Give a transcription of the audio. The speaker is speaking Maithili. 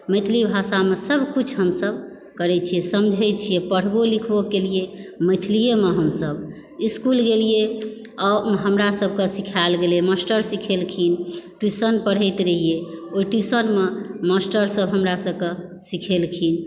मैथिली भाषामे सभकुछ हमसभ करय छियै समझय छियै पढ़बो लिखबो केलियै मैथिलीएमे हमसभ इस्कूल गेलियै हमरा सभकऽ सिखायल गेलय मास्टर सिखेलखिन ट्युशन पढ़ैत रहियै ओहि ट्युशनमऽ मास्टरसभ हमरा सभकऽ सिखेलखिन